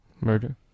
Murder